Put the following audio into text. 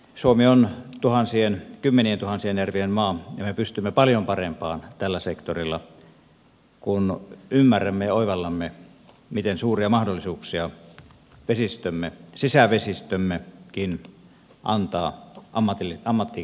suomi on kymmenientuhansien järvien maa ja me pystymme paljon parempaan tällä sektorilla kun ymmärrämme ja oivallamme miten suuria mahdollisuuksia sisävesistömmekin antaa ammattikalastukseen